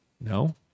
No